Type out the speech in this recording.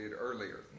earlier